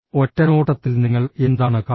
ഒറ്റനോട്ടത്തിൽ നിങ്ങൾ എന്താണ് കാണുന്നത്